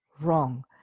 wrong